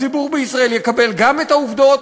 הציבור בישראל יקבל גם את העובדות,